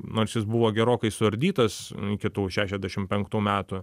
nors jis buvo gerokai suardytas iki tų šešiasdešim penktų metų